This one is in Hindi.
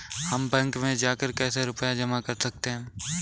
हम बैंक में जाकर कैसे रुपया जमा कर सकते हैं?